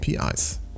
APIs